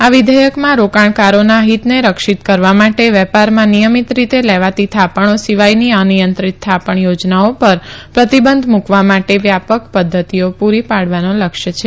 આ વિધેયકમાં રોકાણકારોના હિતને રક્ષીત કરવા માટે વેપારમાં નિયમિત રીતે લેવાતી થાપણો સિવાયની અનિયંત્રિત થાપણ યોજનાઓ પર પ્રતિબંધ મુકવા માટે વ્યાપક પધ્ધતિઓ પુરી પાડવાનો લક્ષ્ય છે